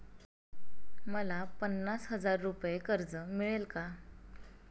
मला पन्नास हजार रुपये कर्ज मिळेल का?